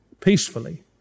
peacefully